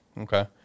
Okay